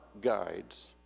guides